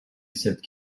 cette